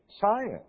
science